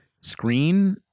screen